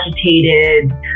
agitated